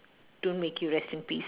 don't make you rest in peace